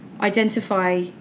identify